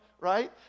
right